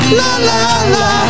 la-la-la